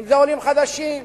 אם עולים חדשים,